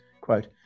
quote